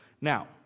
Now